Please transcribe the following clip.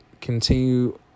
continue